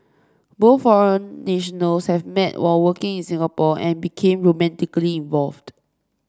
both foreign nationals had met while working in Singapore and become romantically involved